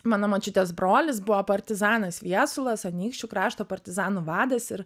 mano močiutės brolis buvo partizanas viesulas anykščių krašto partizanų vadas ir